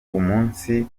umunsi